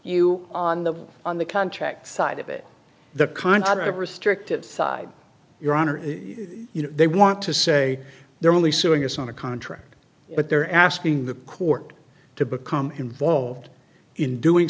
you on the on the contract side of it the content of restrictive side your honor you know they want to say they're only suing us on a contract but they're asking the court to become involved in doing